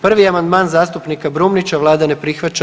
Prvi amandman zastupnika Brumnića Vlada ne prihvaća.